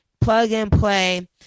plug-and-play